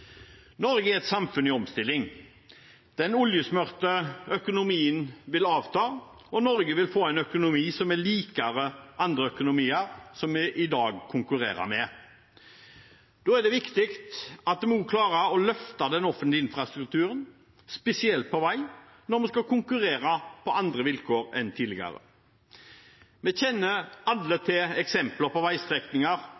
Norge er et samfunn i omstilling. Den oljesmurte økonomien vil avta, og Norge vil få en økonomi som er likere andre økonomier som vi i dag konkurrerer med. Da er det viktig at vi også klarer å løfte den offentlige infrastrukturen, spesielt på vei, når vi skal konkurrere på andre vilkår enn tidligere. Vi kjenner alle